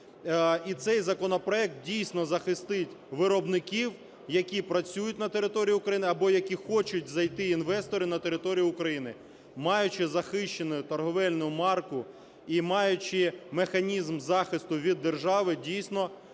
і цей законопроект, дійсно, захистить виробників, які працюють на території України або які хочуть зайти інвестори на територію України. Маючи захищену торговельну марку і маючи механізм захисту від держави, дійсно,